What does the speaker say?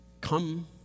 come